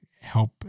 help